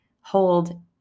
hold